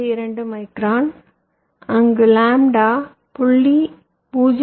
22 micron அங்கு lambda 0